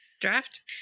draft